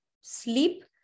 sleep